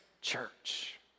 church